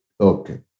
Okay